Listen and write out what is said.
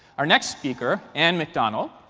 our next speaker, anne mcdonald,